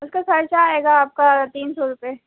اس کا خرچہ آئے گا آپ کا تین سو روپئے